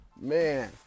man